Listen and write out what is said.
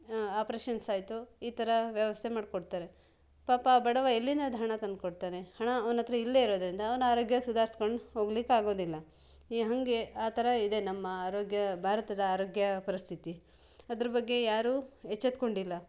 operations ಆಯಿತು ಈ ಥರ ವ್ಯವಸ್ಥೆ ಮಾಡ್ಕೊಡ್ತಾರೆ ಪಾಪ ಬಡವ ಎಲ್ಲಿಂದ ಹಣ ತಂದ್ಕೊಡ್ತಾನೆ ಹಣ ಅವ್ನಹತ್ರ ಇಲ್ಲದೆ ಇರೋದರಿಂದ ಅವನ ಆರೋಗ್ಯ ಸುಧಾರಿಸ್ಕೊಂಡ್ ಹೋಗ್ಲಿಕ್ಕೆ ಆಗೋದಿಲ್ಲ ಈ ಹಾಗೆ ಆ ಥರ ಇದೆ ನಮ್ಮ ಆರೋಗ್ಯ ಭಾರತದ ಆರೋಗ್ಯ ಪರಿಸ್ಥಿತಿ ಅದ್ರ ಬಗ್ಗೆ ಯಾರೂ ಎಚ್ಚೆತ್ಕೊಂಡಿಲ್ಲ